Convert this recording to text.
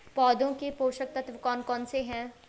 पौधों के पोषक तत्व कौन कौन से हैं?